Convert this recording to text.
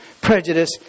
prejudice